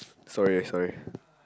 sorry sorry